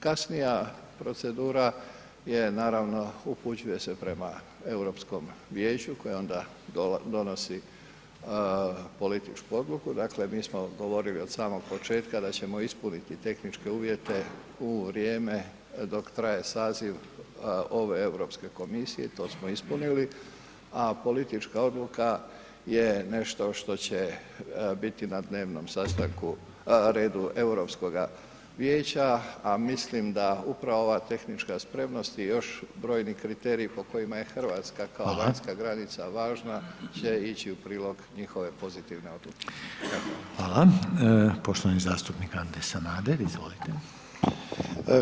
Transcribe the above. Kasnija procedura je naravno, upućuje se prema Europskom vijeću koje onda donosi političku odluku, dakle mi smo govorili od samog početka da ćemo ispuniti tehničke uvjete u vrijeme dok traje saziv ove Europske komisije i to smo ispunili a politička odluka je nešto što će biti na dnevnom redu Europskoga vijeća a mislim da upravo ova tehnička spremnost i još brojni kriteriji po kojima je je Hrvatska kao vanjska granica važna će ići u prilog njihove pozitivne odluke.